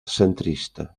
centrista